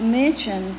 mention